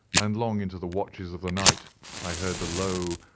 and long into the watches of the night i heard the low,